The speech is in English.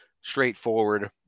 straightforward